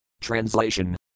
Translation